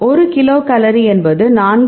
ஒரு கிலோகலோரி என்பது 4